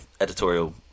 editorial